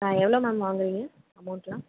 ஆ எவ்வளோ மேம் வாங்குறீங்க அமௌண்ட்லாம்